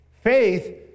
faith